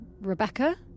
Rebecca